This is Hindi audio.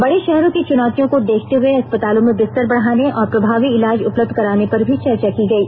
बड़े शहरों की चुनौतियों को देखते हुए अस्पतालों में बिस्तर बढाने और प्रभावी इलाज उपलब्ध कराने पर भी चर्चा की गई